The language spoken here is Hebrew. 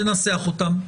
תנסח אותן.